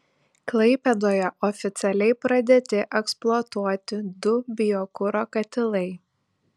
klaipėdoje oficialiai pradėti eksploatuoti du biokuro katilai